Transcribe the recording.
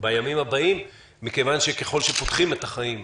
בימים הבאים מכיוון שככל שפותחים את החיים,